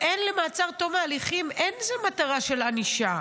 למעצר עד תום ההליכים אין איזו מטרה של ענישה.